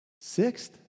Sixth